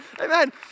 Amen